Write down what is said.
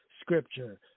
scripture